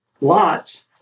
lots